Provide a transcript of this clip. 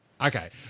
Okay